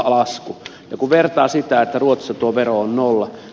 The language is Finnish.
ja kun vertaa siihen että ruotsissa tuo vero on nolla